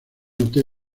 hotel